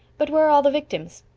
but where are all the victims?